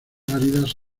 áridas